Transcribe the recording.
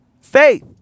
faith